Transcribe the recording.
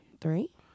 Three